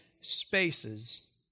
spaces